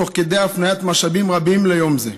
תוך הפניית משאבים רבים ליום זה.